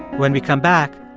when we come back,